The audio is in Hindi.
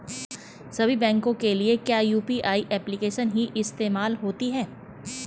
सभी बैंकों के लिए क्या यू.पी.आई एप्लिकेशन ही इस्तेमाल होती है?